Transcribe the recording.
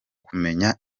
kumenya